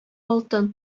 алтын